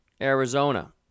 Arizona